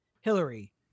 Hillary